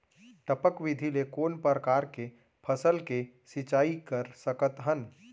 टपक विधि ले कोन परकार के फसल के सिंचाई कर सकत हन?